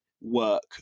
Work